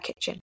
kitchen